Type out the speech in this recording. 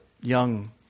young